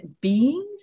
beings